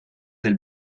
del